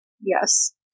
Yes